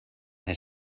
his